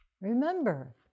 Remember